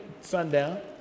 sundown